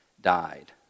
died